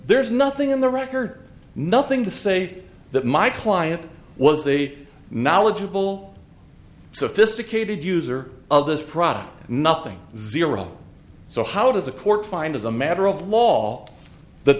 there's nothing in the record nothing to say that my client was the knowledgeable sophisticated user of this product nothing zero so how does a court find as a matter of law